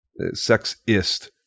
sexist